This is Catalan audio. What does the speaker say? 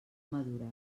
madures